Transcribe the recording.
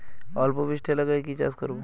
অল্প বৃষ্টি এলাকায় কি চাষ করব?